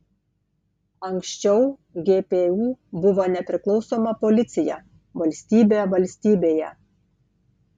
anksčiau gpu buvo nepriklausoma policija valstybė valstybėje